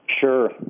Sure